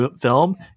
film